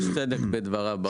יש צדק בדבריו.